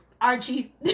Archie